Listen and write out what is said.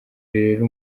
rero